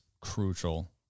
crucial